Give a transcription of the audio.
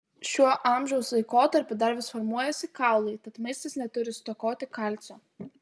šiuo amžiaus laikotarpiu dar vis formuojasi kaulai tad maistas neturi stokoti kalcio